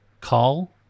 call